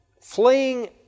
fleeing